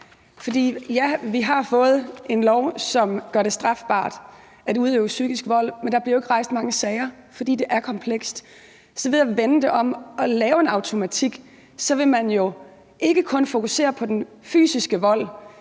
vi har fået en lov, som gør det strafbart at udøve psykisk vold, men der bliver jo ikke rejst mange sager, fordi det er komplekst. Ved at vende det om og lave en automatik vil man jo ikke kun fokusere på den fysiske vold